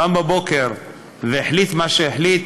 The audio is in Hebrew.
קם בבוקר והחליט מה שהחליט,